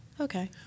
Okay